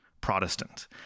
Protestant